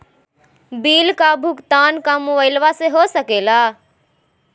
Bill का भुगतान का मोबाइलवा से हो सके ला?